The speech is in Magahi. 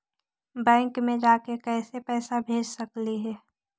बैंक मे जाके कैसे पैसा भेज सकली हे?